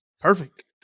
Perfect